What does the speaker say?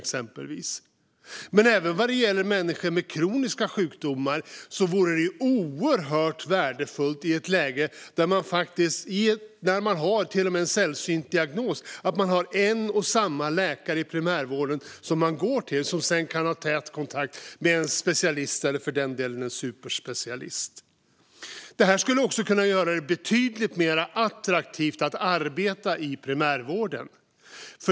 Även när det gäller människor med kroniska sjukdomar och sällsynta diagnoser vore det oerhört värdefullt att ha en och samma läkare i primärvården som man går till och som sedan kan ha tät kontakt med en specialist eller för delen en superspecialist. Det här skulle också kunna göra det betydligt mer attraktivt att arbeta i primärvården.